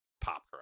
pop